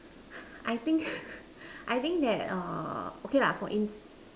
I think I think that err okay lah for in